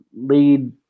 lead